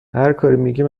میگیم